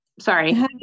sorry